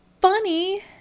funny